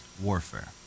warfare